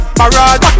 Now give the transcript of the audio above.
parade